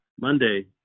Monday